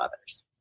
others